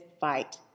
fight